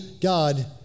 God